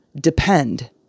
depend